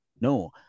No